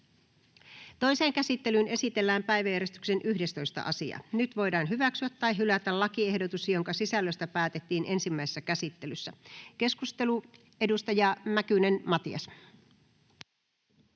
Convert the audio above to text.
Toiseen käsittelyyn esitellään päiväjärjestyksen 11. asia. Nyt voidaan hyväksyä tai hylätä lakiehdotus, jonka sisällöstä päätettiin ensimmäisessä käsittelyssä. — Keskustelu, edustaja Mäkynen, Matias.